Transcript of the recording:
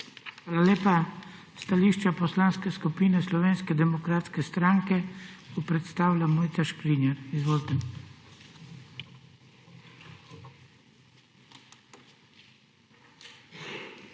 lepa. Stališče Poslanske skupine Slovenske demokratske stranke bo predstavila Mojca Škrinjar. Izvolite.